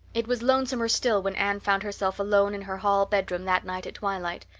it was lonesomer still when anne found herself alone in her hall bedroom that night at twilight.